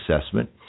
assessment